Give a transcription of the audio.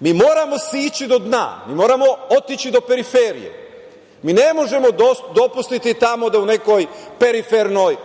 ali moramo sići do dna. Mi moramo otići do periferije. Mi ne možemo dopustiti tamo da u nekoj perifernoj